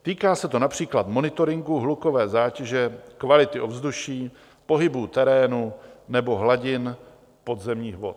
Týká se to například monitoringu hlukové zátěže, kvality ovzduší, pohybu terénu nebo hladin podzemních vod.